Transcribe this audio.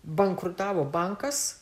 bankrutavo bankas